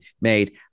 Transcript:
made